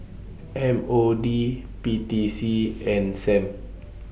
M O D P T C and SAM